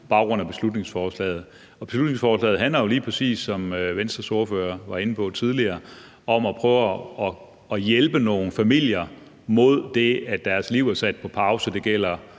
på baggrund af beslutningsforslaget. Beslutningsforslaget handler jo lige præcis, som Venstres ordfører var inde på tidligere, om at prøve at hjælpe nogle familier, i forhold til at deres liv er sat på pause.